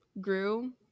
grew